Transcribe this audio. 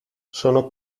sono